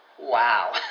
Wow